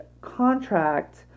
contract